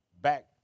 back